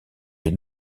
les